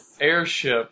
airship